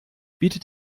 bietet